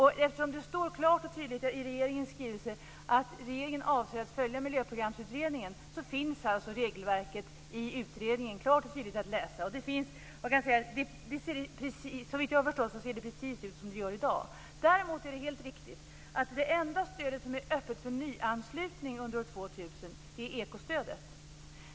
Det står klart och tydligt i regeringens skrivelse att regeringen avser att följa Miljöprogramsutredningen, och där finns regelverket klart och tydligt att läsa. Såvitt jag förstår ser det ut precis som det gör i dag. Däremot är det helt riktigt att det enda stöd som är öppet för nyanslutning under 2000 är ekostödet.